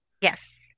Yes